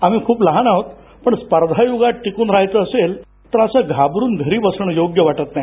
आम्ही खूप लहान आहोत पण स्पर्धा युगात टिक्न रहायचं असेल तर असं घाबरुन घरी बसणं योग्य वाटत नाही